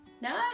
no